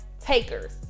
takers